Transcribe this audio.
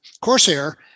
Corsair